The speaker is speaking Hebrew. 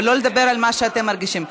ולא לדבר על מה שאתם מרגישים.